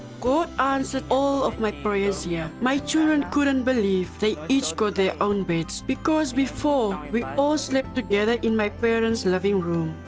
god answered all of my prayers. yeah my children couldn't believe it. they each got their own beds. because before we all slept together in my parents' living room.